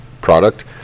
product